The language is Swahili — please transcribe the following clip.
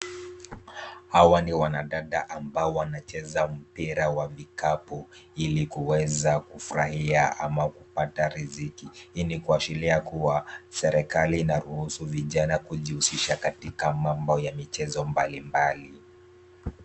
Hawa ni wanadada ambao wanacheza mpira wa vikapu ili kuweza kufurahia ama kupata riziki. Hii inaashiria kuwa serikali inaruhusu vijana kujihusisha katika mambo ya michezo mbalimbali.